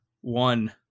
one